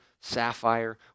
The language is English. sapphire